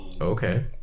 Okay